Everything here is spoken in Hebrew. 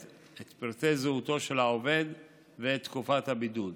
את פרטי זהותו של העובד ואת תקופת הבידוד.